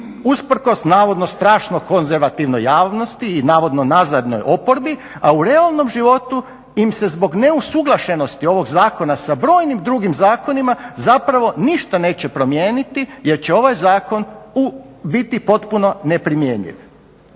usprkos navodno strašno konzervativnoj javnosti i navodno nazadnoj oporbi, a u realnom životu im se zbog neusuglašenosti ovog Zakona sa brojnim drugim zakonima zapravo ništa neće promijeniti jer će ovaj Zakon biti potpuno neprimjenjiv.